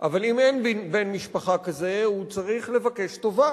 אבל אם אין בן-משפחה כזה, הוא צריך לבקש טובה.